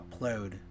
upload